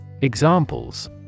Examples